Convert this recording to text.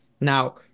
Now